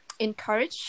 encourage